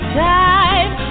time